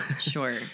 Sure